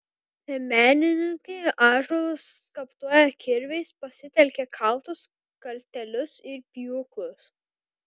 menininkai ąžuolus skaptuoja kirviais pasitelkia kaltus kaltelius ir pjūklus